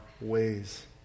ways